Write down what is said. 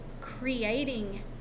creating